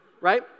Right